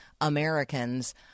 Americans